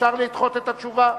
אפשר לדחות את התשובה?